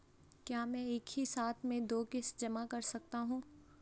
क्या मैं एक ही साथ में दो किश्त जमा कर सकता हूँ?